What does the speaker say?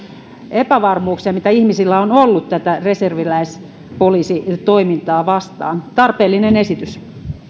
epävarmuuksia mitä ihmisillä on ollut tätä reserviläispoliisitoimintaa kohtaan tarpeellinen esitys